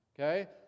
Okay